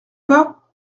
pas